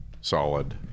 solid